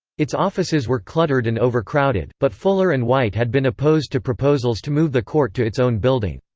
its offices were cluttered and overcrowded, but fuller and white had been opposed to proposals to move the court to its own building.